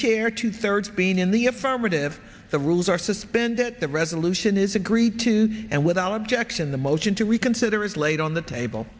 chair two thirds being in the affirmative the rules are suspended the resolution is agreed to and without objection the motion to reconsider is laid on the table